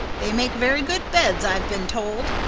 they make very good beds, i've been told.